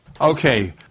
Okay